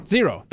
Zero